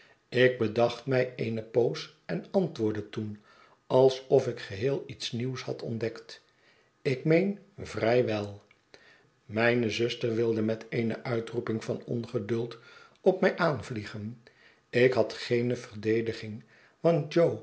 ik bedacht mij eene poos en antwoordde toen alsof ik geheel iets nieuws had ontdekt ik meen vrij wel mijne zuster wilde met eene uitroeping van ongeduld op mij aanvliegen ik had geene verdediging want jo